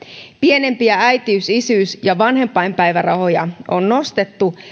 pienimpiä äitiys isyys ja vanhempainpäivärahoja on nostettu